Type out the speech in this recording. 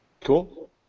Cool